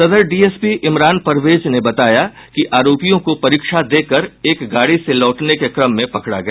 सदर डीएसपी इमरान परवेज ने बताया कि आरोपियों को परीक्षा देकर एक गाड़ी से लौटने के क्रम में पकड़ गया